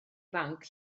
banc